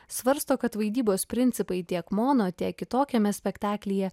svarsto kad vaidybos principai tiek mono tiek kitokiame spektaklyje